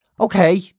Okay